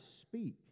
speak